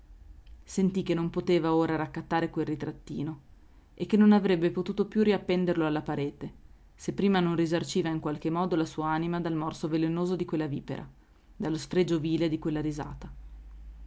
sentì che non poteva ora raccattare quel ritrattino e che non avrebbe potuto più riappenderlo alla parete se prima non risarciva in qualche modo la sua anima dal morso velenoso di quella vipera dallo sfregio vile di quella risata